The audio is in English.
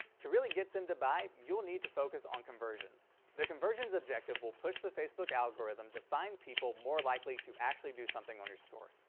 to really get them to buy, you'll need to focus on conversions. the conversion objective will push the facebook algorithm to find people more likely to actually do something on your store.